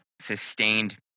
sustained